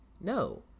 No